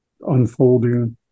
unfolding